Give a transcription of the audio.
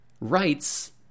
rights